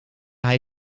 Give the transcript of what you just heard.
hij